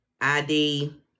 ID